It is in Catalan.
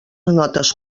notes